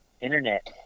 internet